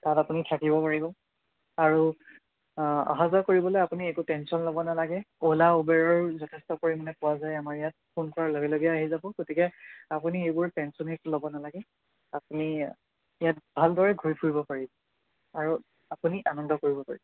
তাত আপুনি থাকিব পাৰিব আৰু অহা যোৱা কৰিবলৈ আপুনি একো টেনছন ল'ব নালাগে অ'লা উবেৰৰ যথেষ্ট পৰিমাণে পোৱা যায় আমাৰ ইয়াত ফোন কৰাৰ লগে লগে আহি যাব গতিকে আপুনি সেইবোৰ টেনছনেই ল'ব নালাগে আপুনি ইয়াত ভালদৰে ঘূৰি ফুৰিব পাৰিব আৰু আপুনি আনন্দ কৰিব পাৰিব